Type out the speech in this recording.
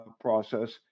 process